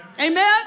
Amen